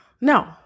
No